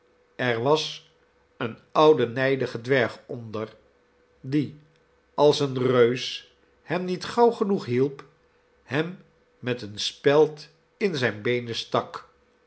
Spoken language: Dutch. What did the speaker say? er was een oude nijdige dwerg onder die als een reus hem niet gauw genoeghielp hem met eene speld in zijne beenen stak